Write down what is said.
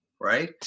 Right